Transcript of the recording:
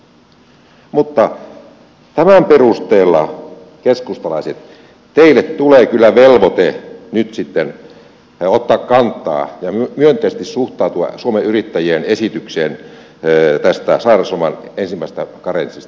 mutta tämän perusteella keskustalaiset teille tulee kyllä velvoite nyt sitten ottaa kantaa ja myönteisesti suhtautua suomen yrittäjien esitykseen tästä sairausloman ensimmäisen päivän karenssista